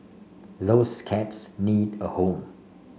those cats need a home